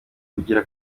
ubugira